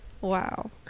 Wow